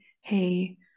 hey